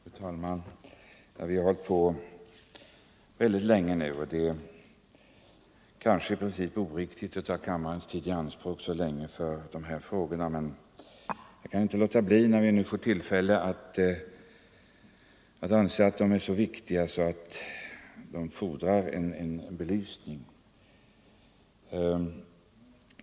Nr 132 Fru talman! Vi har nu debatterat dessa frågor mycket länge, och det Måndagen den är kanske i princip inte riktigt att ta kammarens tid i anspråk så länge 2 december 1974 för dem. Men när vi nu fått tillfälle att ta upp dessa spörsmål kan jag inte underlåta att något ytterligare beröra dem, eftersom jag anser att Ång. rätten att de är så viktiga att de fordrar en bevisning. använda vissa s.k.